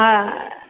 હા